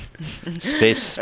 space